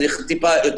צריך יותר להקל,